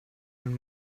den